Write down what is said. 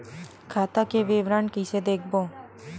खाता के विवरण कइसे देखबो?